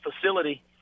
facility